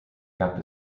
gab